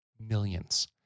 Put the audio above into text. Millions